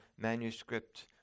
manuscript